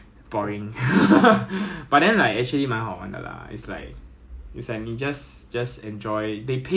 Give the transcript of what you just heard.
ya lor then plus plus like plus like 我那时候在做什么 ah 我在打什么工我忘记了